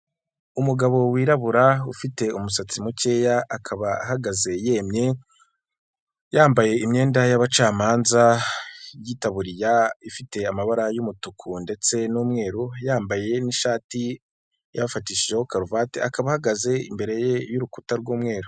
Umugabo wirabura ufite umusatsi mukeya akaba ahagaze yemye yambaye imyenda yabacamanza yitaburiya ifite amabara y'umutuku ndetse n'umweru, yambaye n'ishati yafatishijeho karuvati, akaba ahagaze imbere y'urukuta rw'umweru.